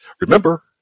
Remember